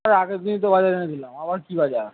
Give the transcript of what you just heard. হ্যাঁ আগের দিনই তো বাজার এনে দিলাম আবার কী বাজার